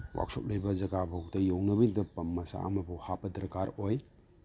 workshop ꯂꯩꯕ ꯖꯥꯒꯥꯕꯥꯎꯇ ꯌꯧꯅꯕꯩꯗ ꯄꯝ ꯃꯆꯥ ꯑꯃꯐꯥꯎ ꯍꯥꯞꯄ ꯗꯔꯀꯥꯔ ꯑꯣꯏ